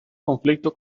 conflicto